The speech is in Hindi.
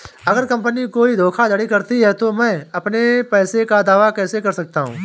अगर कंपनी कोई धोखाधड़ी करती है तो मैं अपने पैसे का दावा कैसे कर सकता हूं?